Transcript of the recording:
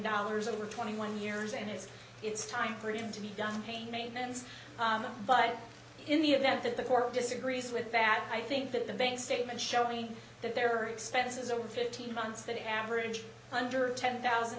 dollars over twenty one years and his it's time for him to be done paying maintenance but in the event that the court disagrees with that i think that the bank statement showing that there are expenses a fifteen months that an average under ten thousand